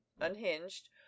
Unhinged